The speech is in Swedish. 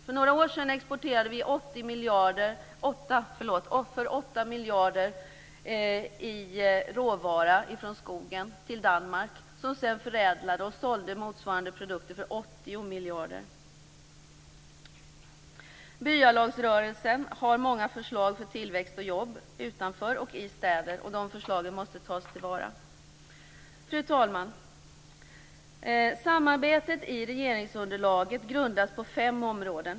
För några år sedan exporterade vi råvara från skogen för 8 miljarder kronor till Danmark som sedan förädlade och sålde motsvarande produkter för 80 miljarder kronor! Vidare har byalagsrörelsen många förslag om tillväxt och jobb, både utanför och i städer. De förslagen måste tas till vara. Fru talman! Samarbetet i regeringsunderlaget grundas på fem områden.